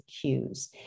cues